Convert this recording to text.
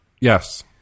Yes